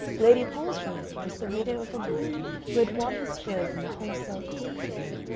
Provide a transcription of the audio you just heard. lady palsworthy was the widow of a knight who had won his spurs in the wholesale coal trade,